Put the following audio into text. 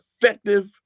effective